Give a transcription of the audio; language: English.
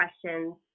questions